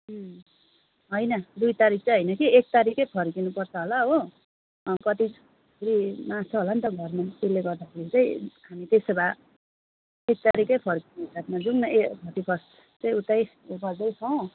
होइन दुई तारिक चाहिँ होइन कि एक तारिकै फर्किनुपर्छ होला हो कतिको फेरि मार्छ होला नि त घरमा त्यसैले गर्दाखेरि चाहिँ हामी चाहिँ त्यसो भए एक तारिकै फर्किनु थर्टी फर्स्ट चाहिँ उतै